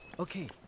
Okay